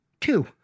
Two